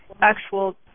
actual